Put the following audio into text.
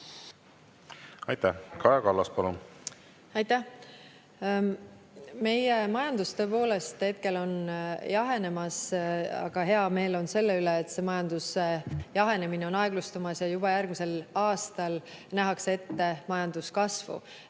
tõstab meie majandust. Aitäh! Meie majandus tõepoolest on hetkel jahenemas, aga hea meel on selle üle, et see majanduse jahenemine on aeglustumas ja juba järgmisel aastal nähakse ette majanduskasvu.